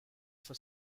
for